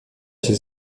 się